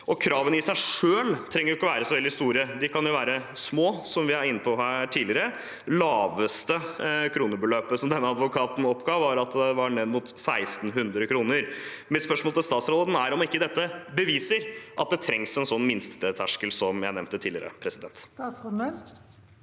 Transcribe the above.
Kravene i seg selv trenger ikke være så veldig store. De kan være små, som vi var inne på tidligere. Det laveste kronebeløpet denne advokaten oppga, var ned mot 1 600 kr. Mitt spørsmål til statsråden er om ikke dette beviser at det trengs en minsteterskel, som jeg nevnte tidligere.